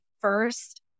first